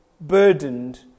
burdened